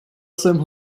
jsem